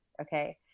okay